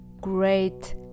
great